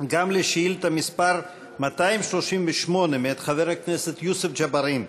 גם לשאילתה מס' 238 מאת חבר הכנסת יוסף ג'בארין.